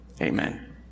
Amen